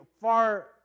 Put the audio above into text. far